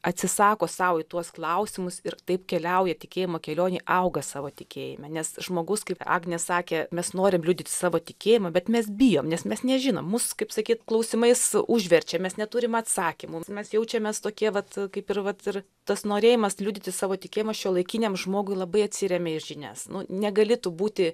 atsisako sau į tuos klausimus ir taip keliauja tikėjimo kelionėj auga savo tikėjime nes žmogus kaip agnė sakė mes norim liudyti savo tikėjimą bet mes bijom nes mes nežinom mus kaip sakyt klausimais užverčia mes neturim atsakymų mes jaučiamės tokie vat kaip ir vat ir tas norėjimas liudyti savo tikėjimą šiuolaikiniam žmogui labai atsiremia į žinias nu negali tu būti